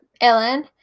Ellen